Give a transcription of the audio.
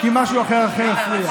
כי משהו אחר הפריע.